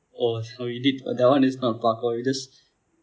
oh so you did that one is not parkour we just